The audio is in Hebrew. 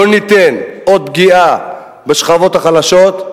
לא ניתן עוד לפגוע בשכבות החלשות,